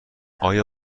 آیا